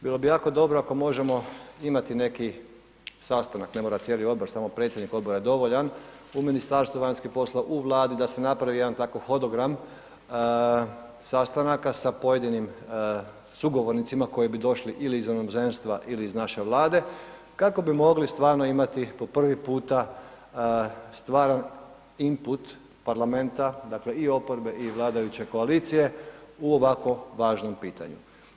Bilo bi jako dobro ako možemo imati neki sastanak, ne mora cijeli odbor, samo predsjednik odbora je dovoljan u Ministarstvu vanjskih poslova, u Vladi da se napravi jedan tako hodogram sastanaka sa pojedinim sugovornicima koji bi došli ili iz inozemstva ili iz naše Vlade kako bi mogli stvarno imati po prvi puta stvaran input parlamenta, dakle i oporbe i vladajuće koalicije u ovako važnom pitanju.